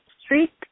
Street